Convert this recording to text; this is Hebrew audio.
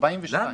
למה?